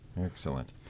Excellent